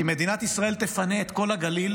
כי מדינת ישראל תפנה את כל הגליל